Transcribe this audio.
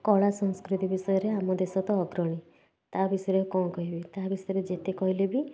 କଳା ସଂସ୍କୃତି ବିଷୟରେ ଆମ ଦେଶ ତ ଅଗ୍ରଣୀ ତା ବିଷୟରେ ଆଉ କ'ଣ କହିବି ତା ବିଷୟରେ ଯେତେ କହିଲେ ବି